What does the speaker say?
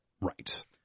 Right